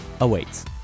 awaits